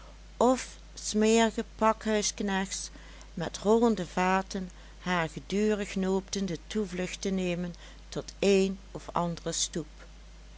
of smerige pakhuisknechts met rollende vaten haar gedurig noopten de toevlucht te nemen tot een of andere stoep